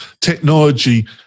technology